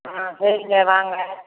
ஆ சரிங்க வாங்க